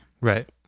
Right